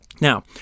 Now